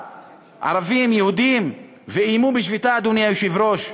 ערבים, יהודים, ואיימו בשביתה, אדוני היושב-ראש.